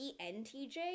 ENTJ